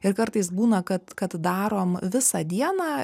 ir kartais būna kad kad darom visą dieną